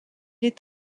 est